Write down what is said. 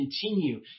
continue